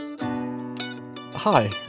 Hi